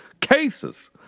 cases